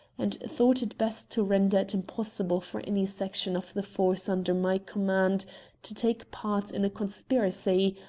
and thought it best to render it impossible for any section of the force under my command to take part in a conspiracy,